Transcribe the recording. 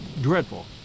dreadful